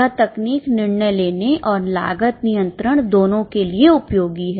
यह तकनीक निर्णय लेने और लागत नियंत्रण दोनों के लिए उपयोगी है